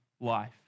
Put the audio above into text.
life